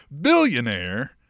billionaire